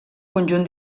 conjunt